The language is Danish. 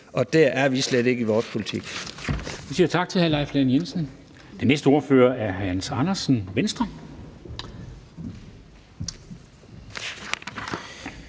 Der er vi slet ikke i vores politik.